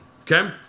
Okay